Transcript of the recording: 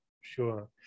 Sure